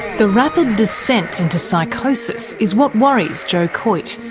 the rapid descent into psychosis is what worries joe coyte,